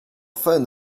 phone